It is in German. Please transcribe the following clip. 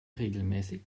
regelmäßig